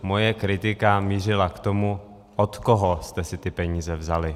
Moje kritika mířila k tomu, od koho jste si ty peníze vzali.